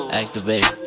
activate